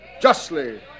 justly